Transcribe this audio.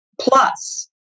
plus